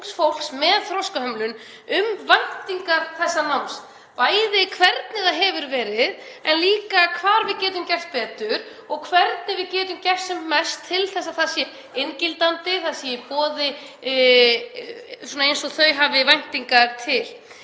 fólks með þroskahömlun um væntingar til þessa náms, bæði hvernig það hefur verið en líka hvað við getum gert betur og hvernig við getum gert sem mest til þess að það sé inngildandi, það sé í boði eins og þau hafa væntingar til.